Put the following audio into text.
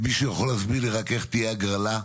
אדוני היושב-ראש,